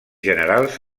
generals